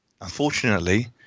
Unfortunately